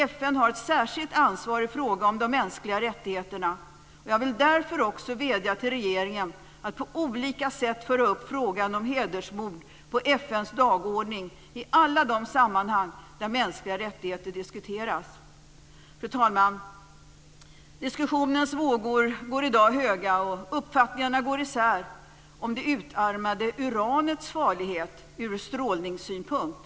FN har ett särskilt ansvar i fråga om de mänskliga rättigheterna. Jag vill därför också vädja till regeringen att på olika sätt föra upp frågan om "hedersmord" på FN:s dagordning i alla de sammanhang där mänskliga rättigheter diskuteras. Fru talman! Diskussionens vågor går i dag höga och uppfattningarna går isär om det utarmade uranets farlighet ur strålningssynpunkt.